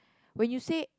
when you say